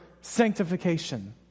sanctification